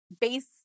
base